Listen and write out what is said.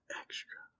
extra